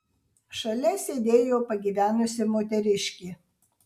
šalia sėdėjo pagyvenusi moteriškė